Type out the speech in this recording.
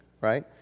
right